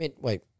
Wait